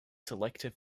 selective